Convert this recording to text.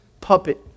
puppet